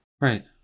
Right